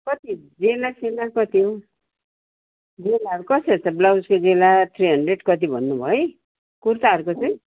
कति ज्यालास्याला कति हो ज्यालाहरू कसरी छ ब्लाउजको ज्याला थ्री हन्ड्रेड कति भन्नुभयो है कुर्ताहरूको चाहिँ